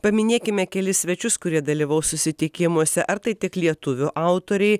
paminėkime kelis svečius kurie dalyvaus susitikimuose ar tai tik lietuvių autoriai